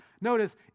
Notice